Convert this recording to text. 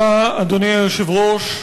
אדוני היושב-ראש,